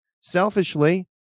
Selfishly